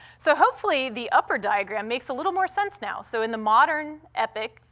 so, hopefully, the upper diagram makes a little more sense now. so in the modern epic,